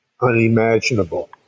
unimaginable